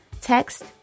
text